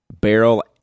barrel